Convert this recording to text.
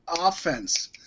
offense